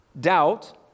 doubt